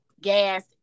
gas